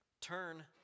turn